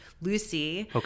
Lucy